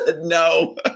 no